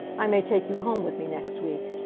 i may take you home with me next week!